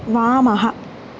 वामः